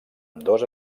ambdós